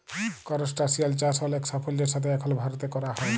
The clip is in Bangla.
করসটাশিয়াল চাষ অলেক সাফল্যের সাথে এখল ভারতে ক্যরা হ্যয়